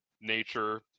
nature